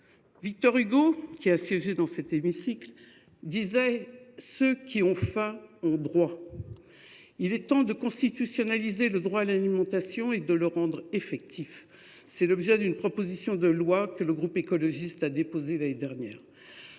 Victor Hugo, qui a siégé dans cet hémicycle, écrivait que « ceux qui ont faim ont droit ». Il est temps de constitutionnaliser le droit à l’alimentation et de le rendre effectif. C’est l’objet d’une proposition de loi que le groupe écologiste a déposée l’année dernière.